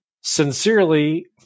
Sincerely